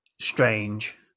strange